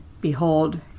behold